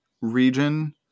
region